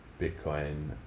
Bitcoin